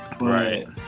Right